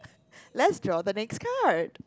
let's draw the next card